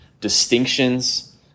distinctions